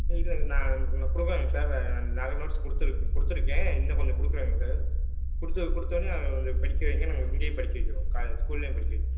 இது நான் அவனுக்கு கொடுக்குறேங்க சார் நிறைய நோட்ஸ் கொடுத்துருக்கேன் கொடுத்துருக்கேன் இன்னும் கொஞ்சம் கொடுக்குறேங்க சார் கொடுத்து கொடுத்தோன்னே அவனை கொஞ்சம் படிக்க வைங்க நாங்கள் இங்கேயும் படிக்க வைக்கிறோம் கா ஸ்கூல்லையும் படிக்க வைக்